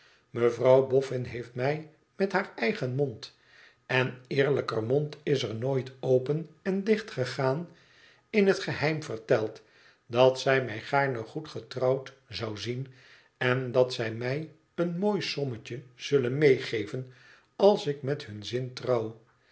mevrouw boffin heeft mij met haar eigen mond en eerlijker mond is er nooit open en dichtgedaan in het geheim verteld dat zij mij gaarne goed getrouwd zou zien en dat zij mij een mooi sommetje zullen meegeven als ik met hun zin trouw